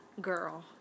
Girl